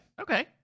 Okay